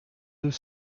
deux